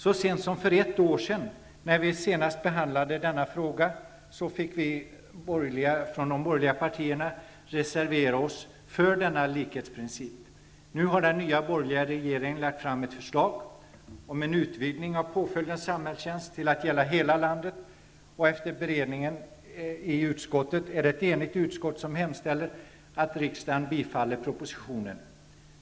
Så sent som för ett år sedan, när frågan senast behandlades, fick vi från de borgerliga partierna reservera oss för denna likhetsprincip. Nu har den nya borgerliga regeringen lagt fram ett förslag om en utvidgning av påföljden samhällstjänst till att gälla hela landet. Efter beredning i utskottet är det ett enigt utskott som hemställer att riksdagen skall bifalla propositionen.